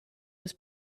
was